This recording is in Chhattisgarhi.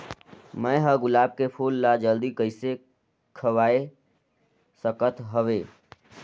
मैं ह गुलाब के फूल ला जल्दी कइसे खवाय सकथ हवे?